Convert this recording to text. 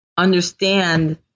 understand